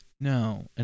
No